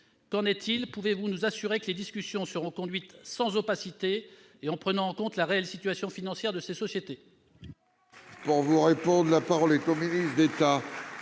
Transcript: Qu'en est-il ? Pouvez-vous nous assurer que les discussions seront menées sans opacité et en prenant en compte la réelle situation financière de ces sociétés ?